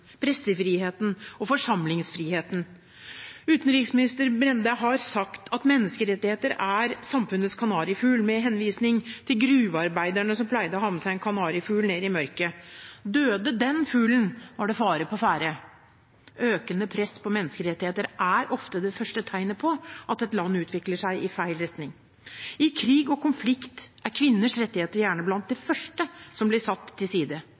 pressefriheten og forsamlingsfriheten. Utenriksminister Brende har sagt at menneskerettigheter er samfunnets kanarifugl, med henvisning til gruvearbeiderne som pleide å ha med seg en kanarifugl ned i mørket. Døde den fuglen, var det fare på ferde. Økende press på menneskerettigheter er ofte det første tegnet på at et land utvikler seg i feil retning. I krig og konflikt er kvinners rettigheter gjerne blant det første som blir satt til side.